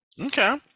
Okay